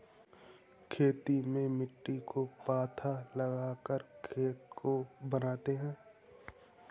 खेती में मिट्टी को पाथा लगाकर खेत को बनाते हैं?